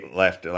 left